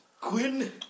Quinn